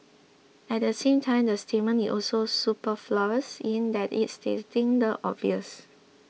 at the same time the statement is also superfluous in that it is stating the obvious